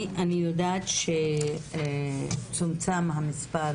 אני יודעת שצומצם המספר.